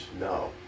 No